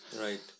Right